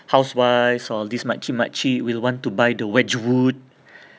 housewives all these makcik-makcik will want to buy the Wedgwood